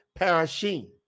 Parashim